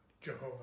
Jehovah